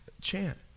chant